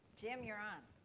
jim, you're on. i'm